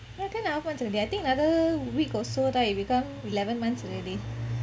ya ten and a half months already I think another week or so right become eleven months already